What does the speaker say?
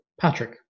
Patrick